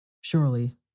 Surely